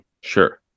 Sure